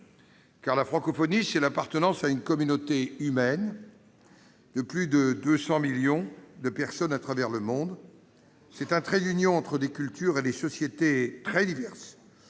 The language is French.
Car la francophonie, c'est l'appartenance à une communauté humaine de plus de 200 millions de personnes à travers le monde, c'est un trait d'union entre des cultures et des sociétés très diverses,